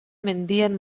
mendien